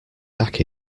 back